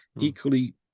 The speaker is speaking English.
equally